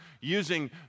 using